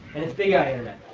and it's big i internet,